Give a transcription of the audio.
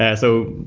yeah so,